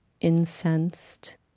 incensed